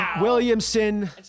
Williamson